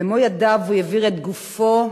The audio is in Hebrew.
במו ידיו הוא הבעיר את גופו,